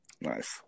Nice